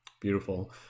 beautiful